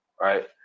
Right